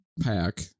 pack